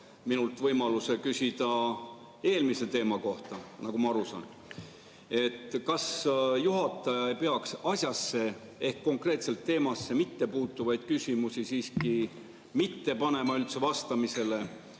minult võimaluse küsida eelmise teema kohta, nagu ma aru saan. Kas juhataja ei peaks asjasse ehk konkreetselt teemasse mittepuutuvaid küsimusi üldse mitte panema vastamisele